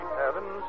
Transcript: heaven